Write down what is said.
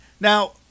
Now